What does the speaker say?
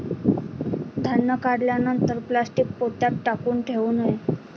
धान्य काढल्यानंतर प्लॅस्टीक पोत्यात काऊन ठेवू नये?